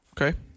Okay